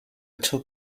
two